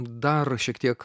dar šiek tiek